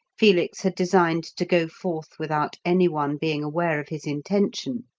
felix had designed to go forth without anyone being aware of his intention,